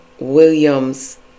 Williams